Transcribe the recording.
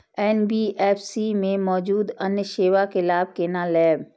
NBFC में मौजूद अन्य सेवा के लाभ केना लैब?